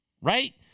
Right